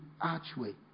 Archway